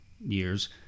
years